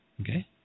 Okay